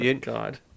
God